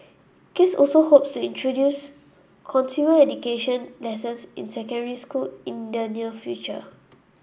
case also hopes introduce consumer education lessons in secondary school in the near future